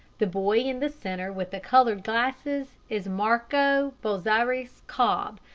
the boy in the centre with the colored glasses is marco bozzaris cobb,